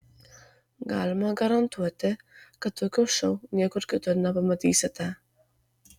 galime garantuoti kad tokio šou niekur kitur nepamatysite